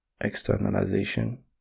externalization